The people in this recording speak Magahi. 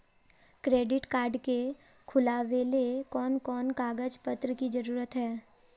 क्रेडिट कार्ड के खुलावेले कोन कोन कागज पत्र की जरूरत है?